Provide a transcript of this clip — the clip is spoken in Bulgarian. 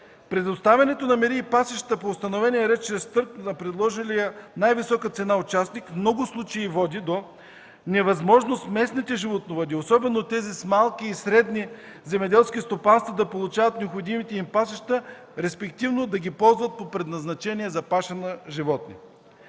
Предоставянето на мери и пасища по установения ред чрез търг на предложилия най-висока цена участник в много случаи води до невъзможност местните животновъди, особено тези с малки и средни земеделски стопанства, да получават необходимите им пасища, респективно да ги ползват по предназначение за паша на животни.